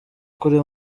kuri